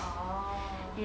orh